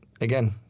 again